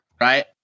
right